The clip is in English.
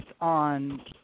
on